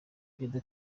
perezida